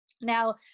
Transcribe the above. Now